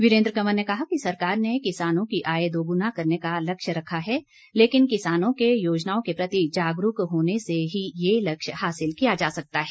वीरेन्द्र कंवर ने कहा कि सरकार ने किसानों की आय दोगुना करने का लक्ष्य रखा है लेकिन किसानों के योजनाओं के प्रति जागरूक होने से ही ये लक्ष्य हासिल किया जा सकता है